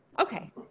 Okay